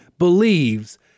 Believes